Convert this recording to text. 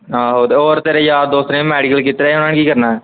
ਆਹੋ ਹੋਰ ਤੇਰੇ ਯਾਰ ਦੋਸਤ ਨੇ ਮੈਡੀਕਲ ਕੀਤਾ ਉਹਨੇ ਕੀ ਕਰਨਾ